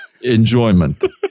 enjoyment